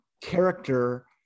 character